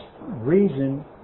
reason